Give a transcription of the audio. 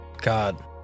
God